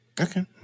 Okay